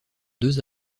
deux